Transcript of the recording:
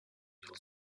yıl